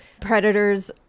predators